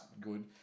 good